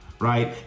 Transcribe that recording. right